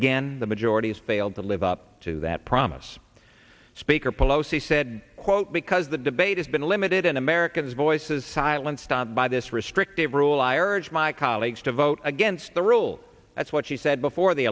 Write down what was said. again the majority has failed to live up to that promise speaker pelosi said quote because the debate has been limited and americans voices silenced on by this restrictive rule i urge my colleagues to vote against the rule that's what she said before the